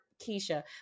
Keisha